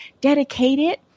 dedicated